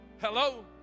Hello